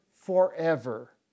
forever